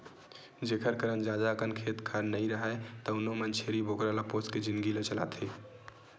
जेखर करन जादा अकन खेत खार नइ राहय तउनो मन छेरी बोकरा ल पोसके जिनगी ल चलाथे